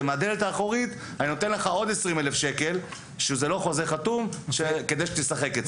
אבל בדלת האחורית אני נותן לך עוד 20,000 שקל לא בחוזה חתום כדי שתשחק.